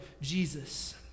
Jesus